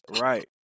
Right